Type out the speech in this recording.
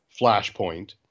Flashpoint